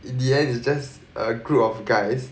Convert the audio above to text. in the end it's just a group of guys